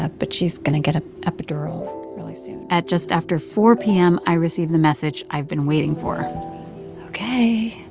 ah but she's going to get a epidural really soon at just after four p m, i received the message i've been waiting for ok,